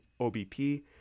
OBP